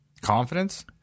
Confidence